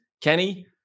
Kenny